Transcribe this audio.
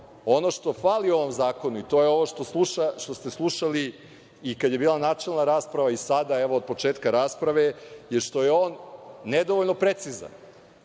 Ono što hvali ovom zakonu, to je ovo što ste slušali i kada je bila načelna rasprava i sada, evo od početka rasprave što je on nedovoljno precizan